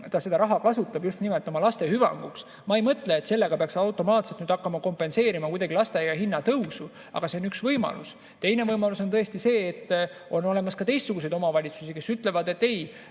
ta seda raha kasutab just nimelt oma laste hüvanguks. Ma ei mõtle, et sellega peaks automaatselt hakkama kompenseerima lasteaia [kohatasu] tõusu, aga see on üks võimalus. Teine võimalus on tõesti see, on olemas ka omavalitsusi, kes ütlevad, et ei,